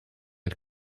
had